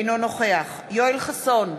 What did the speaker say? אינו נוכח יואל חסון,